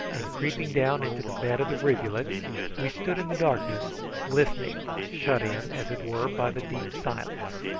and creeping down into the bed of the rivulet we stood in the darkness listening, shut-in, as it were, by the deep silence.